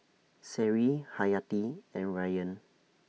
Seri Hayati and Rayyan